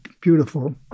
beautiful